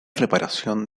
reparación